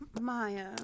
Maya